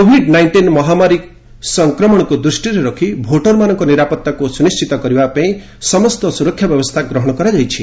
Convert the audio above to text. Covid nineteen ମହାମାରୀ ସଂକ୍ରମଣକୁ ଦୂଷିରେ ରଖି ଭୋଟର୍ମାନଙ୍କ ନିରାପତ୍ତାକୁ ସ୍ୱନିଶ୍ଚିତ କରିବା ପାଇଁ ସମସ୍ତ ସୁରକ୍ଷା ବ୍ୟବସ୍ଥା ଗ୍ରହଣ କରାଯାଛି